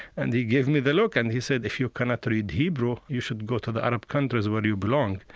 and he give me the look, and he said, if you cannot read hebrew, you should go to the arab countries where you belong.